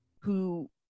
who-